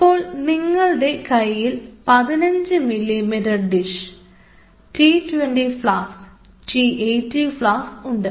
അപ്പോൾ നിങ്ങടെ കയ്യിൽ 15mm dish 20 mm T 20 flask T 80 flask ഉണ്ട്